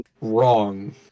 wrong